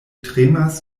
tremas